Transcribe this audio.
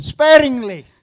Sparingly